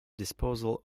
disposal